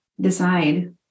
decide